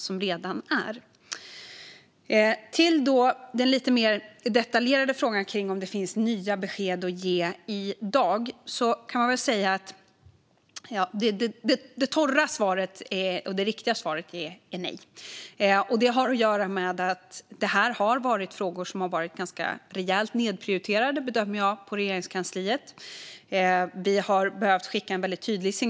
Det torra och riktiga svaret på frågan om det finns nya besked att ge i dag är nej. Det har att göra med att dessa frågor har varit rejält nedprioriterade på Regeringskansliet.